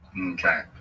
Okay